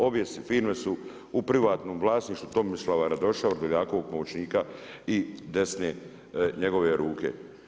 Obje firme su u privatnom vlasništvu Tomislava Radoša, Vrdoljakovog pomoćnika i desne njegove ruke.